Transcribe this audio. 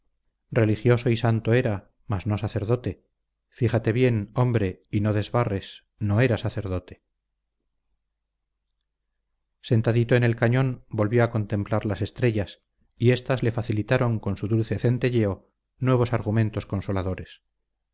religioso y santo era mas no sacerdote fíjate bien hombre y no desbarres no era sacerdote sentadito en el cañón volvió a contemplar las estrellas y éstas le facilitaron con su dulce centelleo nuevos argumentos consoladores